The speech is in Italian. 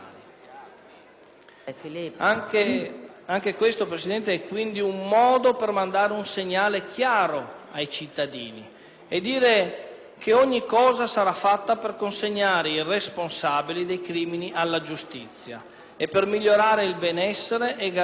Anche questo, Presidente, è quindi un modo per mandare un segnale chiaro ai cittadini, cioè che ogni cosa sarà fatta per consegnare i responsabili dei crimini alla giustizia, per migliorare il benessere e garantire